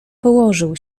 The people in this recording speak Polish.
położył